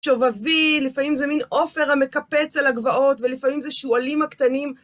שובבי, לפעמים זה מין עופר המקפץ על הגבעות, ולפעמים זה שועלים הקטנים.